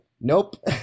nope